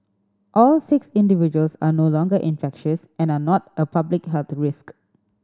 all six individuals are no longer infectious and are not a public health risk